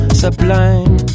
sublime